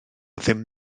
ddim